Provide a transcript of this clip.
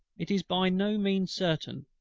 it is by no means certain,